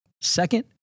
Second